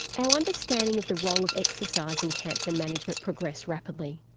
our understanding of the role of exercise in cancer management progressed rapidly.